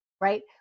Right